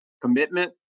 commitment